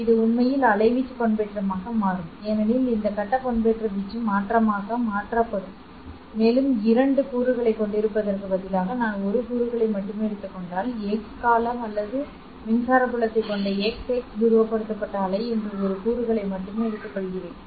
இது உண்மையில் அலைவீச்சு பண்பேற்றமாக மாறும் ஏனெனில் இந்த கட்ட பண்பேற்றம் வீச்சு மாற்றமாக மாற்றப்படும் மேலும் இரண்டு கூறுகளைக் கொண்டிருப்பதற்குப் பதிலாக நான் ஒரு கூறுகளை மட்டுமே எடுத்துக்கொண்டால் எக்ஸ் கால அல்லது மின்சார புலத்தைக் கொண்ட எக்ஸ் எக்ஸ் துருவப்படுத்தப்பட்ட அலை என்று ஒரு கூறுகளை மட்டுமே எடுத்துக்கொள்கிறேன்